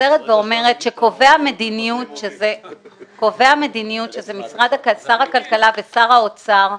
ואומרת שקובעי המדיניות, שהם שר הכלכלה ושר האוצר,